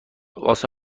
واسه